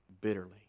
bitterly